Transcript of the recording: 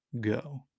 go